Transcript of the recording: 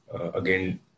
again